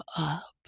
up